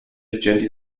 agenti